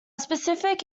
specific